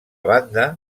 banda